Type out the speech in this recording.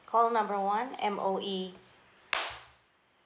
call number one M_O_E